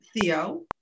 Theo